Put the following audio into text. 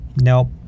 nope